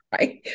right